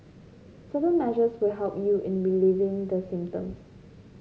certain measures will help you in relieving the symptoms